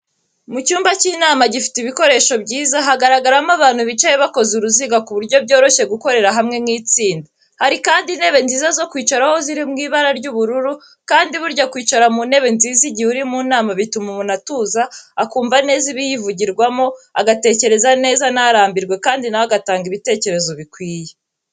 Mu cyumba cy’inama gifite ibikoresho byiza, haragaragaramo abantu bicaye bakoze uruziga, ku buryo byoroshuye gukorera hamwe nk'itsinda. Hari kandi intebe nziza zo kwicaraho ziri mu ibara ry'ubururu kandi burya kwicara mu ntebe nziza igihe uri mu nama bituma umuntu atuza, akumva neza ibiyivugirwamo, agatekereza neza, ntarambirwe kandi nawe agatanga ibitekerezo bikwiye.